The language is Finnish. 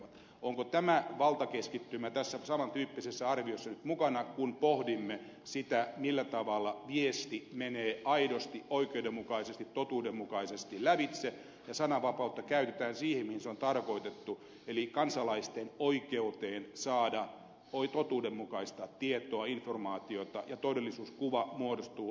onko tämä valtakeskittymä tässä saman tyyppisessä arviossa nyt mukana kun pohdimme sitä millä tavalla viesti menee aidosti oikeudenmukaisesti totuudenmukaisesti lävitse ja sananvapautta käytetään siihen mihin se on tarkoitettu eli kansalaisten oikeuteen saada totuudenmukaista tietoa informaatiota ja todellisuuskuva muodostuu oikeutetuksi